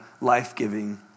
life-giving